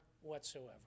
whatsoever